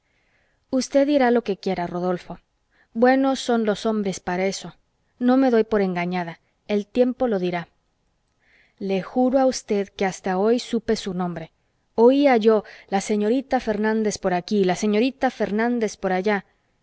usted dirá lo que quiera rodolfo buenos son los hombres para eso no me doy por engañada el tiempo lo dirá le juro a usted que hasta hoy supe su nombre oía yo la señorita fernández por aquí la señorita fernández por allá